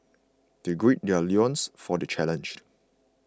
they gird their loins for the challenge